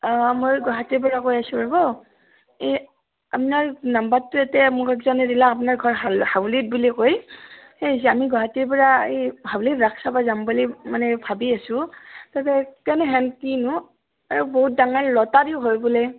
অ' মই গুৱাহাটীৰ পৰা কৈ আছোঁ ৰ'ব এই আপোনাৰ নম্বৰটো এতিয়া মোক একজনে দিলাক আপোনাৰ ঘৰ হাউ হাউলিত বুলি কৈ এই আমি গুৱাহাটীৰ পৰা এই হাউলিৰ ৰাস চাব যাম বুলি মানে ভাবি আছোঁ তাতে কেনে হেন কি নো আৰু বহুত ডঙৰ লটাৰীও হয় বোলে